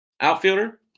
outfielder